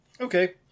okay